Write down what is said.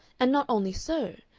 and not only so,